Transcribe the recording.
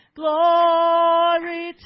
glory